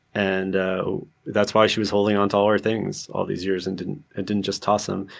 and ah that's why she was holding on to all her things all these years and didn't and didn't just toss them.